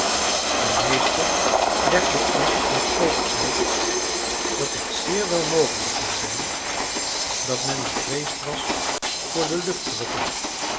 de meester legde ons toen ook uit dat het zeer wel mogelijk kon zijn dat men bevreesd was voor de